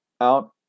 out